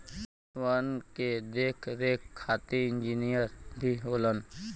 वन के देख रेख खातिर इंजिनियर भी होलन